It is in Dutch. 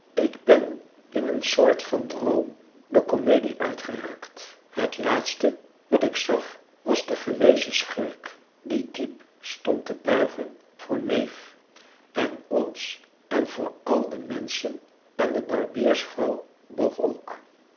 ik ben in een soort van droom de komedie uitgeraakt het laatste wat ik zag was de gewezen schurk die diep stond te buigen voor neef en ons en voor al de menschen en de barbiersvrouw boog ook